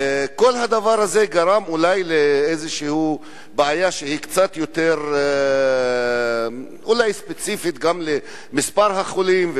כל הדבר הזה גרם אולי לאיזו בעיה שהיא קצת יותר ספציפית גם למספר חולים,